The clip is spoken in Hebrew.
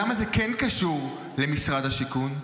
למה זה כן קשור למשרד השיכון?